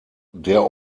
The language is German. der